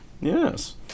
Yes